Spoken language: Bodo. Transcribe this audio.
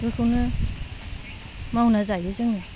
बेफोरखौनो मावना जायो जोङो